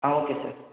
ah okay sir